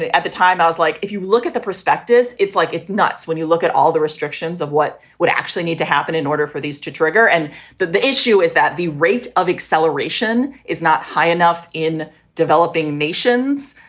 at the time, i was like, if you look at the prospectus, it's like it's nuts when you look at all the restrictions of what would actually need to happen in order for these to trigger. and that the issue is that the rate of acceleration is not high enough in developing nations.